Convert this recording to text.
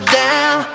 down